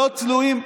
לא תלויים.